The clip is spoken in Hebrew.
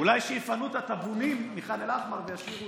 אולי כשיפנו את הטאבונים מח'אן אל-אחמר וישאירו את,